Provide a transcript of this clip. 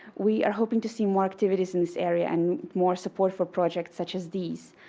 we are hoping to see more activities in this area and more support for projects such as these.